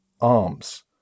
arms